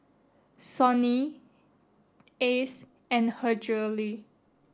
Sony Ice and Her Jewellery